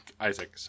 Isaac